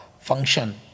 function